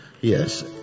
yes